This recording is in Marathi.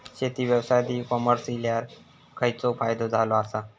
शेती व्यवसायात ई कॉमर्स इल्यावर खयचो फायदो झालो आसा?